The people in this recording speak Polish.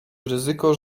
ryzyko